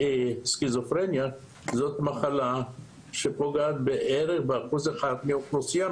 סכיזופרניה זאת מחלה שפוגעת בערך באחוז אחד מהאוכלוסייה.